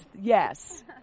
Yes